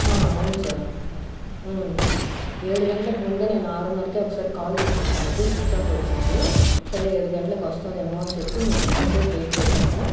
అవును సార్ ఏడు గంటలకు ముందే నేను ఆరున్నరకే ఒకసారి కాల్ చేశాను తనకి స్విచ్ ఆఫ్ వచ్చింది సరే ఏడు గంటలకి వస్తారేమో అని చెప్పి మేము ఇంతసేపు వెయిట్ చేసాము